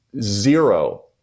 zero